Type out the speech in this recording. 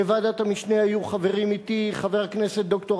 בוועדת המשנה היו חברים אתי חבר הכנסת ד"ר